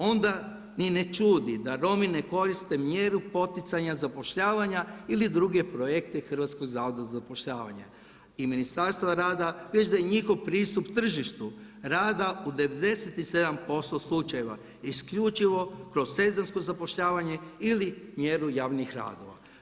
Onda niti ne čudi da Romi ne koriste mjeru poticanja zapošljavanja ili druge projekte Hrvatskog zavoda za zapošljavanje i Ministarstvo rada, već da je njihov pristup tržištu rada u 97% slučajeva isključivo kroz sezonsko zapošljavanje ili mjeru javnih radova.